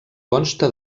consta